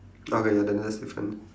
okay ya then that is different